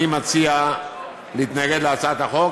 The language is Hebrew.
אני מציע להתנגד להצעת החוק,